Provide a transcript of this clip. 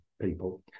people